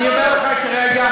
אני אומר לך כרגע,